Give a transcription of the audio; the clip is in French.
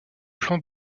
plans